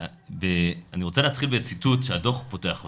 אני רוצה להתחיל בציטוט שהדוח פותח אותו,